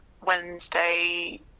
Wednesday